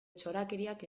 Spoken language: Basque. txorakeriak